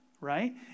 Right